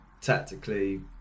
tactically